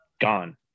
gone